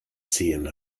zehen